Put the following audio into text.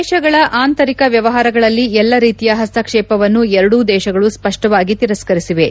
ದೇಶಗಳ ಆಂತರಿಕ ವ್ಯವಹಾರಗಳಲ್ಲಿ ಎಲ್ಲ ರೀತಿಯ ಹಸ್ಕಕೇಪವನ್ನು ಎರಡೂ ದೇಶಗಳು ಸ್ವಷ್ಟವಾಗಿ ತಿರಸ್ತರಿಸಿವೆ